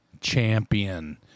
champion